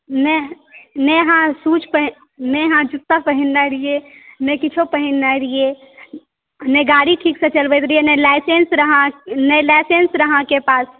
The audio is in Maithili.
नहि अहाँ जूता पहिनने रहियै नहि किछो पहिनने रहियै नहि गाड़ी ठीक सॅं चलबैत रहियै नहि लायसेन्स रहय अहाँके पास